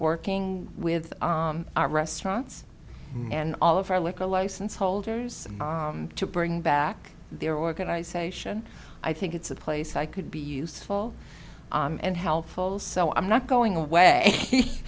working with our restaurants and all of our liquor license holders to bring back their organization i think it's a place i could be useful and helpful so i'm not going away